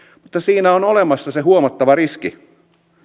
mutta siinä on olemassa se huomattava riski